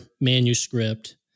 manuscript